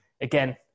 Again